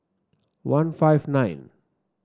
one five nine